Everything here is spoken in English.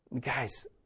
Guys